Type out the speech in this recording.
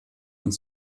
uns